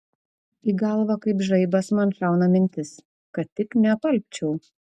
į galvą kaip žaibas man šauna mintis kad tik neapalpčiau